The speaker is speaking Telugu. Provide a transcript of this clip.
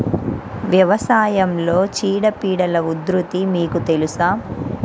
వ్యవసాయంలో చీడపీడల ఉధృతి మీకు తెలుసా?